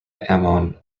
ammon